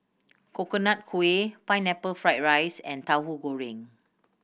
Coconut Kuih Pineapple Fried rice and Tauhu Goreng